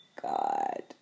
God